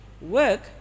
work